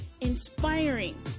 inspiring